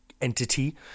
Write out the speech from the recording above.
entity